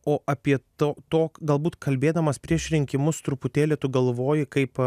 o apie to to galbūt kalbėdamas prieš rinkimus truputėlį tu galvoji kaip